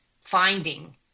finding